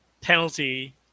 penalty